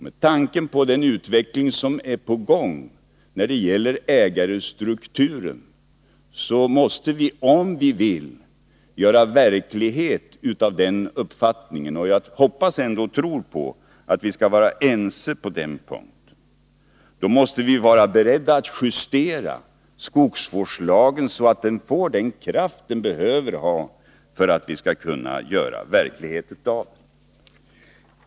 Med tanke på den utveckling som är på gång när det gäller ägarstrukturer måste vi, om vi vill göra verklighet av den uppfattningen — och jag hoppas och tror ändå på att vi skall vara ense på den punkten — också vara beredda att justera skogsvårdslagen, så att den får den kraft den behöver ha för att vi skall kunna förverkliga dess syften.